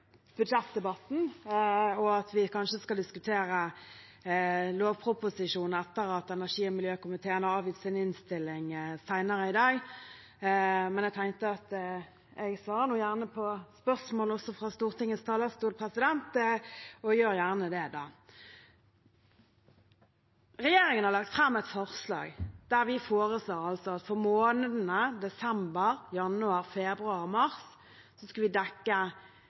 budsjettdebatten, og at vi vel skal diskutere lovproposisjonen etter at energi- og miljøkomiteen har avgitt sin innstilling senere i dag. Men jeg svarer gjerne på spørsmål fra Stortingets talerstol. Regjeringen foreslår at for månedene desember, januar, februar og mars skal vi dekke 50 pst. av strømregningen til vanlige folk når kraftprisen overstiger 70 øre. Det er et forslag som gjør at